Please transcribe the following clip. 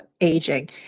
aging